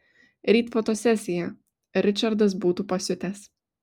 ryt fotosesija ričardas būtų pasiutęs